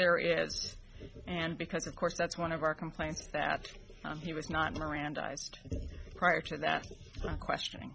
there is and because of course that's one of our complaints that he was not mirandized prior to that question